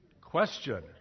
Question